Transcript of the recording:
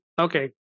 okay